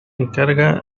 encarga